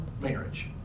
marriage